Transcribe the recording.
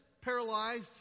paralyzed